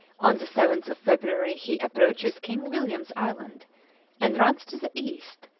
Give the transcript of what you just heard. on the seventh of february he approaches king william's island and runs to the east,